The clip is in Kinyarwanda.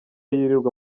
yirirwa